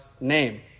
name